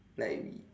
like we